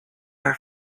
her